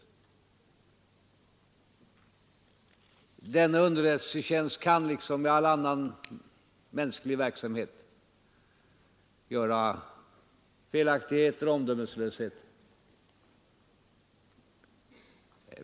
De som arbetar inom denna underrättelsetjänst kan, liksom fallet är i all annan mänsklig verksamhet, begå felaktigheter och göra sig skyldiga till omdömeslöshet.